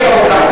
רבותי,